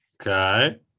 Okay